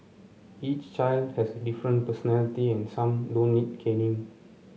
each child has a different personality and some don't need caning